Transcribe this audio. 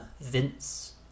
Vince